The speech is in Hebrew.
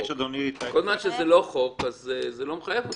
כל זמן שזה לא חוק, זה לא מחייב אותו.